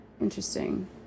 Interesting